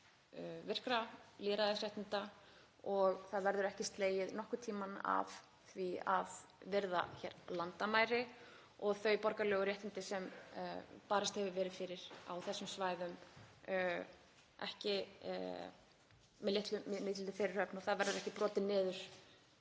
virkra lýðræðisréttinda og það verður ekki slegið nokkurn tímann af þeim kröfum að virða landamæri og þau borgaralegu réttindi sem barist hefur verið fyrir á þessum svæðum með mikilli fyrirhöfn og það verður ekkert brotið niður.